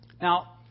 Now